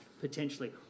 potentially